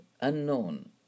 unknown